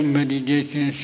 Meditation